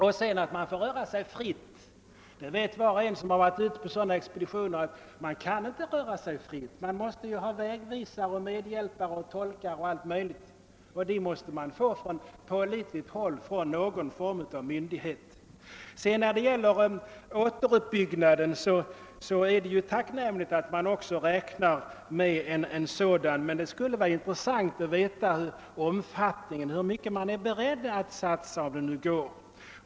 Vad beträffar möjligheterna att röra sig fritt vill jag säga att var och en som varit ute på sådana här expeditioner vet att man inte kan röra sig fritt, eftersom man måste ha vägvisare, medhjälpare och tolkar, och dem måste man ta från någon myndighet. Det är tacknämligt att man från svensk sida är beredd att bidra till återuppbyggnaden, men det skulle vara intressant att veta hur mycket man är beredd att satsa, om det går.